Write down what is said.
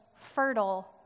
fertile